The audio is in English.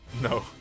No